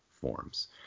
forms